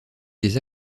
des